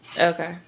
Okay